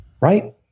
Right